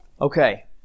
Okay